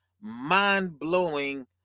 mind-blowing